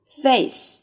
face